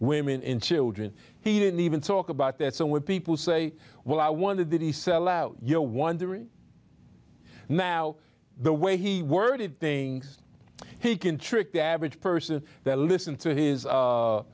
women and children he didn't even talk about that so when people say well i wonder did he sell out you're wondering now the way he worded things he can trick the average person that listen to his